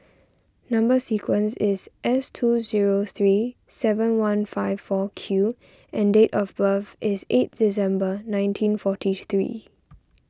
Number Sequence is S two zero three seven one five four Q and date of birth is eight December nineteen forty three